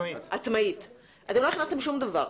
עצמאית אתם לא הכנסתם שום דבר,